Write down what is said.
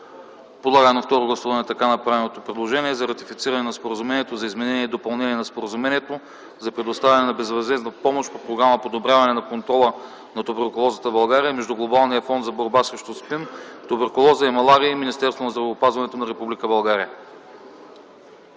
да приеме на първо гласуване Законопроекта за ратифициране на Споразумението за изменение и допълнение на Споразумението за предоставяне на безвъзмездна помощ по програма „Подобряване на контрола на туберкулозата в България” между Глобалния фонд за борба срещу СПИН, туберкулоза и малария и Министерството на здравеопазването на Република Българя,